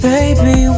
Baby